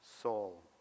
soul